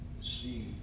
see